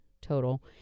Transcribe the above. total